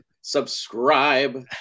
subscribe